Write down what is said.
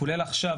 כולל עכשיו,